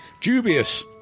Dubious